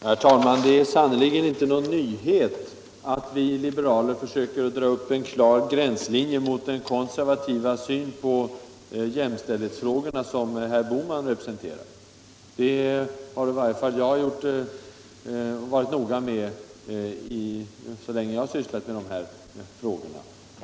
Herr talman! Det är sannerligen inte någon nyhet att vi liberaler för — Jämställdhetsfråsöker dra upp en klar gränslinje mot den konservativa syn på jämställd — gor m.m. hetsfrågorna som herr Bohman representerar. Det har i varje fall jag varit noga med så länge jag har sysslat med de här frågorna.